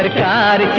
god.